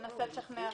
וננסה לשכנע.